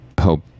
hope